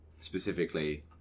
specifically